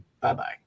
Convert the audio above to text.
bye-bye